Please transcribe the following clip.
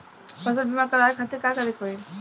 फसल बीमा करवाए खातिर का करे के होई?